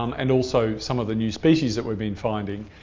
um and also some of the new species that we've been finding.